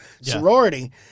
sorority